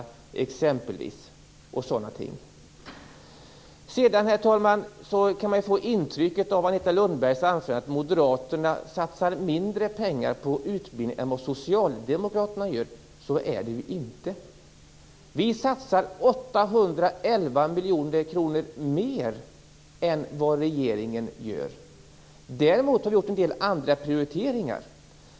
Herr talman! Av Agneta Lundbergs anförande kan man få intrycket att moderaterna satsar mindre pengar på utbildning än vad socialdemokraterna gör. Så är det inte. Vi satsar 811 miljoner kronor mer än regeringen, men vi gör en del andra prioriteringar.